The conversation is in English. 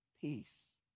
peace